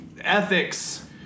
ethics